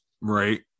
Right